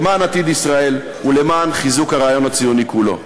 למען עתיד ישראל ולמען חיזוק הרעיון הציוני כולו.